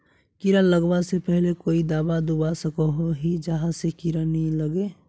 कीड़ा लगवा से पहले कोई दाबा दुबा सकोहो ही जहा से कीड़ा नी लागे?